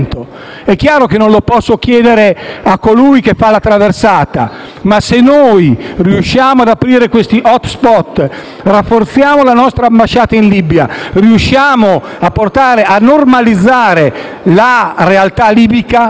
È chiaro che non lo posso chiedere a colui che fa la traversata. È necessario quindi aprire questi *hotspot*, rafforzare la nostra ambasciata in Libia, riuscire a normalizzare la realtà libica.